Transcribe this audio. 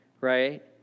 right